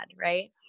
right